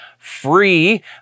free